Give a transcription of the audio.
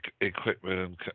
equipment